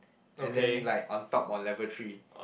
and then like on top of level three